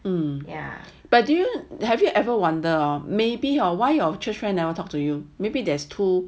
but do you have you ever wonder maybe or why your church friend never talk to you maybe there's two